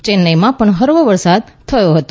ચેન્નાઈમાં પણ હળવો વરસાદ થયો હતો